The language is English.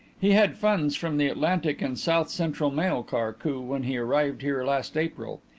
he had funds from the atlantic and south-central mail-car coup when he arrived here last april.